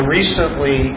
recently